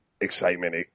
excitement